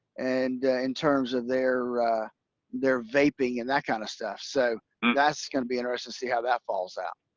and in terms of their their vaping and that kind of stuff, so that's gonna be interesting, to see how that falls out.